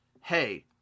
hey